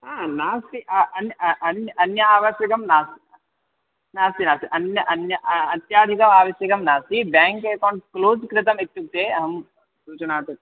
आं नास्ति अ अन्यः अ अन्यः अन्यदावश्यकं नास्ति नास्ति नास्ति अन्यः अन्यः आम् अत्यधिकम् आवश्यकं नास्ति बेङ्क् एकौण्ट् क्लोज़् कृतम् इत्युक्ते अहं सूचनार्थं